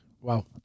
Wow